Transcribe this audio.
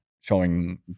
showing